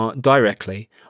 directly